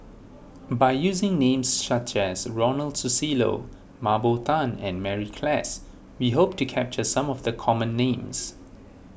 by using names such as Ronald Susilo Mah Bow Tan and Mary Klass we hope to capture some of the common names